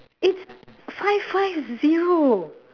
it's five five zero